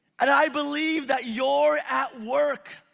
and i believe that you're at work.